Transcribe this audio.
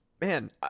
Man